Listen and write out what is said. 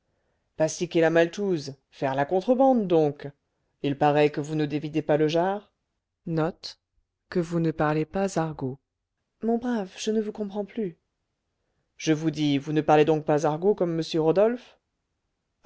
pastiquer la maltouze faire la contrebande donc il paraît que vous ne dévidez pas le jars mon brave je ne vous comprends plus je vous dis vous ne parlez donc pas argot comme monsieur rodolphe